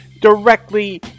directly